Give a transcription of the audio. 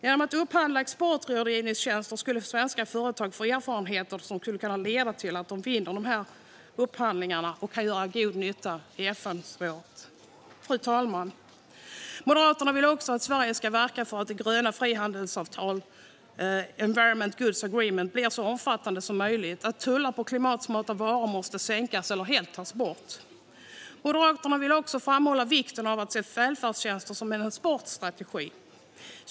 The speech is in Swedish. Genom att upphandla exportrådgivningstjänster skulle svenska företag få erfarenheter som skulle kunna leda till att de kan vinna upphandlingarna och göra god nytta i FN-spåret. Fru talman! Moderaterna vill också att Sverige ska verka för att det gröna frihandelsavtalet Environmental Goods Agreement ska bli så omfattande som möjligt och för att tullar på klimatsmarta varor ska sänkas eller helt tas bort. Moderaterna vill också framhålla vikten av att se välfärdstjänster som en exportstrategi.